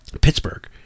Pittsburgh